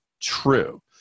true